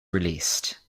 released